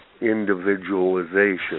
individualization